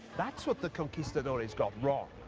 that's what the conquistadores got wrong.